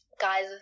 guys